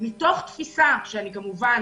מתוך תפיסה שאני כמובן